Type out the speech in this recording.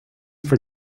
for